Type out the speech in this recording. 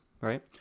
right